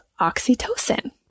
oxytocin